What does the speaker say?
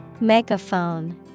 Megaphone